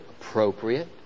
appropriate